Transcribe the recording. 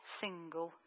single